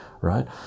right